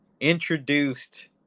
introduced